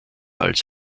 als